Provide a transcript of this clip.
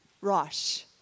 Rosh